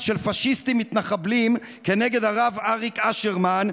של פשיסטים מתנחבלים כנגד הרב אריק אשרמן,